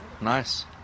Nice